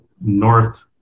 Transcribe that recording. north